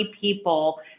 people